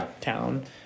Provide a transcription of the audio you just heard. town